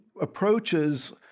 approaches